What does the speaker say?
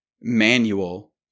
manual